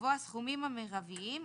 יבוא "הסכומים המרביים",